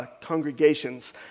congregations